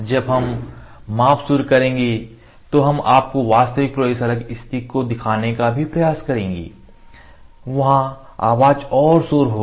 जब हम माप शुरू करेंगे तो हम आपको वास्तविक प्रयोगशाला की स्थितियों को दिखाने का भी प्रयास करेंगे वहां आवाज़ और शोर होगा